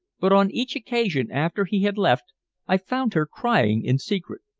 but on each occasion after he had left i found her crying in secret.